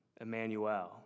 Emmanuel